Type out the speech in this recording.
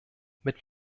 mit